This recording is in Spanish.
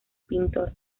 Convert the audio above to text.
pintor